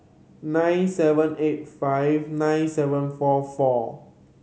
nine seven eight five nine seven four four